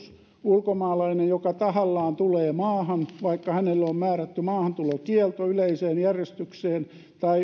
ulkomaalainen joka tahallaan tulee maahan vaikka hänelle on määrätty maahantulokielto yleiseen järjestykseen tai